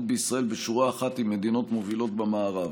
בישראל בשורה אחת עם זו של מדינות מובילות במערב.